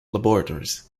laboratories